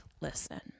listen